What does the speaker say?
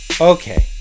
okay